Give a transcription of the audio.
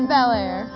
Bel-Air